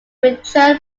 return